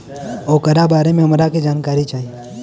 ओकरा बारे मे हमरा के जानकारी चाही?